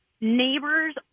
neighbors